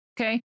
Okay